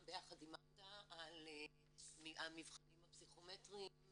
ביחד עם ממד"א על המבחנים הפסיכומטריים